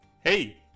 Hey